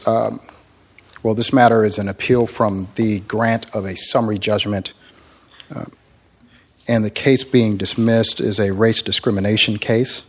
well this matter is an appeal from the grant of a summary judgment and the case being dismissed as a race discrimination case